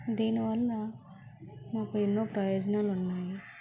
దీనివలన మాకు ఎన్నో ప్రయోజనాలు ఉన్నాయి